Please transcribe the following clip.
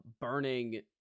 Burning